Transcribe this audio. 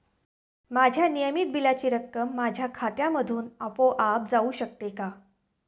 माझ्या नियमित बिलाची रक्कम माझ्या खात्यामधून आपोआप जाऊ शकते का?